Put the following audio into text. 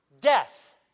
death